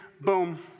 Boom